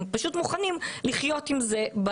הם פשוט מוכנים לחיות עם זה,